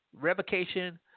revocation